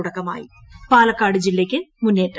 തുടക്കമായി പാലക്കാട് ജില്ലയ്ക്ക് മുന്നേറ്റം